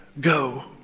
go